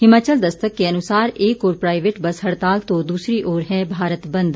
हिमाचल दस्तक के अनुसार एक ओर प्राइवेट बस हड़ताल तो दूसरी ओर है भारत बंद